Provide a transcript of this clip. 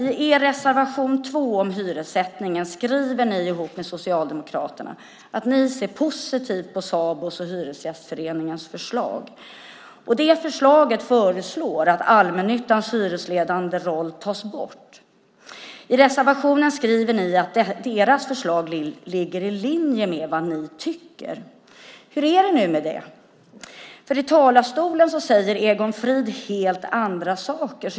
I er reservation 2 om hyressättningen skriver ni ihop med Socialdemokraterna att ni ser positivt på Sabos och Hyresgästföreningens förslag. Det förslaget innebär att allmännyttans hyresledande roll tas bort. I reservationen skriver ni att deras förslag ligger i linje med vad ni tycker. Hur är det nu med det? I talarstolen säger Egon Frid helt andra saker.